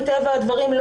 מטבע הדברים,